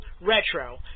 Retro